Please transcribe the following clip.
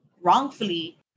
wrongfully